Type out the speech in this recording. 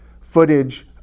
footage